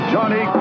Johnny